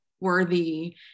worthy